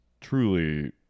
truly